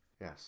yes